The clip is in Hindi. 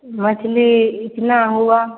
हात में इतना हुआ